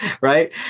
right